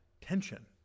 tension